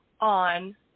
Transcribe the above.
on